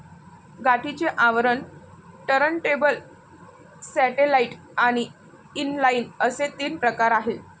गाठीचे आवरण, turntable, satellite आणि इनलाइन असे तीन प्रकार आहे